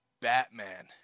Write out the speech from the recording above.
Batman